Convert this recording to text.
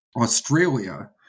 Australia